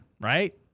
Right